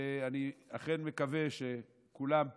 ואני אכן מקווה שכולם,